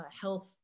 health